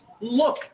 look